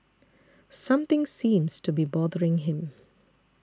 something seems to be bothering him